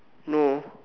no